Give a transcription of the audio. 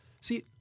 See